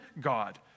God